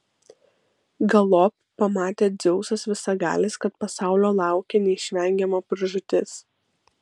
galop pamatė dzeusas visagalis kad pasaulio laukia neišvengiama pražūtis